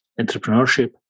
entrepreneurship